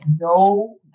no